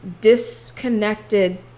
disconnected